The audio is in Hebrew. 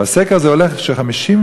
ו-70%